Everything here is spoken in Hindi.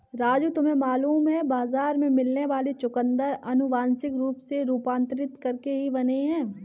राजू तुम्हें मालूम है बाजार में मिलने वाले चुकंदर अनुवांशिक रूप से रूपांतरित करके ही बने हैं